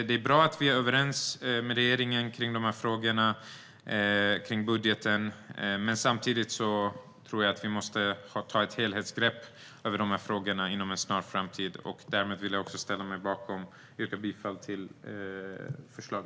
Det är bra att vi är överens med regeringen om dessa frågor i budgeten, men samtidigt tror jag att det krävs ett helhetsgrepp om detta inom en snar framtid. Jag yrkar bifall till utskottets förslag.